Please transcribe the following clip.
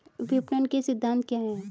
विपणन के सिद्धांत क्या हैं?